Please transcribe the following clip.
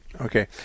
Okay